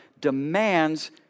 demands